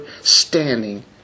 standing